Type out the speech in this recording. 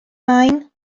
main